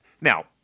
Now